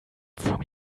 from